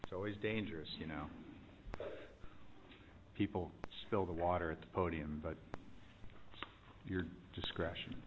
it's always dangerous you know people still the water at the podium but your discretion